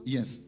Yes